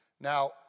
Now